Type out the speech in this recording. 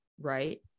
right